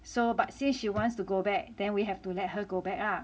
so but since she wants to go back then we have to let her go back ah